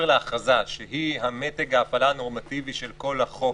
שהיא מתג ההפעלה הנורמטיבי של כל החוק,